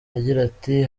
ati